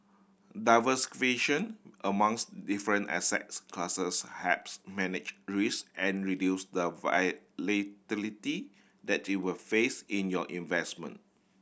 amongst different assets classes helps manage risk and reduce the that you will face in your investment